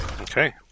Okay